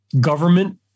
government